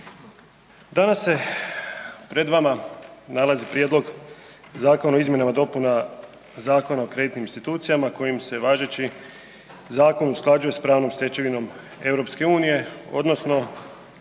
Danas se pred vama nalazi Prijedlog zakona o izmjenama i dopunama Zakona o kreditnim institucijama kojim se važeći zakon usklađuje s pravnom stečevinom EU odnosno